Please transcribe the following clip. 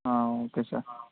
okay sir